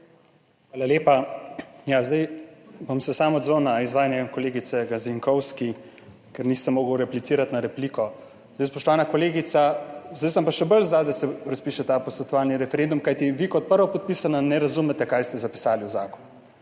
Hvala lepa. Zdaj se bom odzval samo na izvajanje kolegice Gazinkovski, ker nisem mogel replicirati na repliko. Spoštovana kolegica, zdaj sem pa še bolj za, da se razpiše ta posvetovalni referendum, kajti vi kot prvopodpisana ne razumete, kaj ste zapisali v zakon.